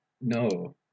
no